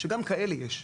גם כאלה יש,